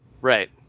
right